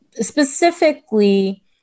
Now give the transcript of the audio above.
specifically